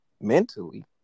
mentally